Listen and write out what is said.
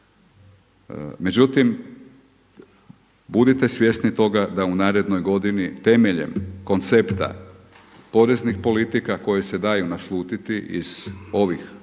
Međutim, budite svjesni toga da u narednoj godini temeljem koncepta poreznih politika koje se daju naslutiti iz ovih mini